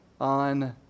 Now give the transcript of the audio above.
on